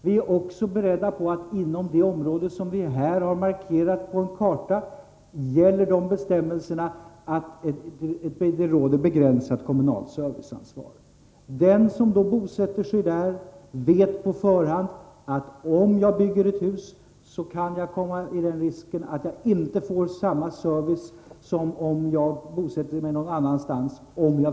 Kommunen anger samtidigt att man för området, som markerats på en karta, tillämpar bestämmelser som innebär ett begränsat kommunalt serviceansvar. Den som har ett hus inom detta område vet på förhand att han, om han väljer att bo där permanent, löper risken att inte få samma service som om han bosatte sig någon annanstans.